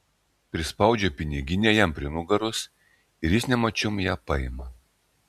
prispaudžiu piniginę jam prie nugaros ir jis nemačiom ją paima